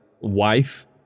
wife